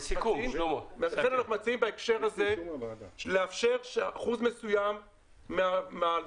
לכן אנחנו מציעים בהקשר הזה לאפשר שאחוז מסוים מההלוואות